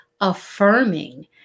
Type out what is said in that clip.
affirming